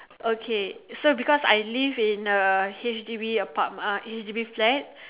okay so because I live in a H_D_B apart~ uh H_D_B flat